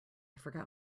forgot